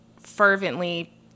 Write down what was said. fervently